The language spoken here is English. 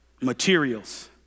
materials